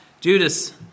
Judas